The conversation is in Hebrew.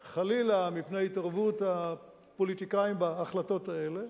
חלילה, מפני התערבות הפוליטיקאים בהחלטות האלה,